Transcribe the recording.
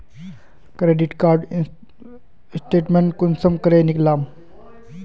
Credit card statement कुंसम करे निकलाम?